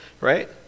right